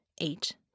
Eight